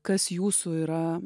kas jūsų yra